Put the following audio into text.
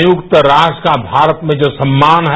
संयुक्त राष्ट्र का जो भारत में सम्मान है